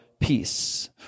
peace